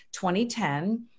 2010